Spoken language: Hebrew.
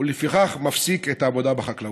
ולפיכך מפסיק את העבודה בחקלאות.